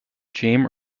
james